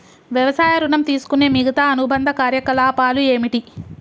వ్యవసాయ ఋణం తీసుకునే మిగితా అనుబంధ కార్యకలాపాలు ఏమిటి?